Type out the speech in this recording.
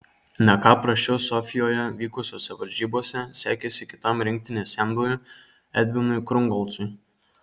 ne ką prasčiau sofijoje vykusiose varžybose sekėsi kitam rinktinės senbuviui edvinui krungolcui